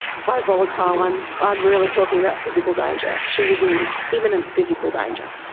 by volatile i'm i'm really talking about physical danger she was in imminent physical danger.